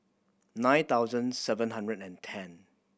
nine thousand seven hundred and ten